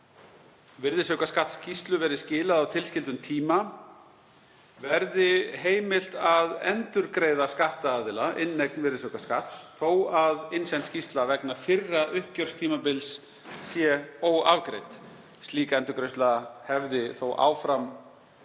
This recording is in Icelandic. virðisaukaskattsskýrslu verið skilað á tilskildum tíma verði heimilt að endurgreiða skattaðila inneign virðisaukaskatts þó að innsend skýrsla vegna fyrra uppgjörstímabils sé óafgreidd. Slík endurgreiðsla verði þó áfram óheimil